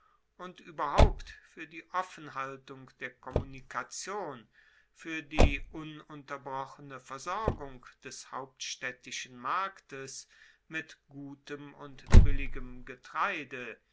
und ueberhaupt fuer die offenhaltung der kommunikation fuer die ununterbrochene versorgung des hauptstaedtischen marktes mit gutem und billigem getreide